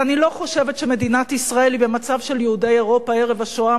ואני לא חושבת שמדינת ישראל היא במצב של יהודי אירופה ערב השואה,